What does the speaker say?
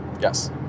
Yes